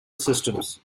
systems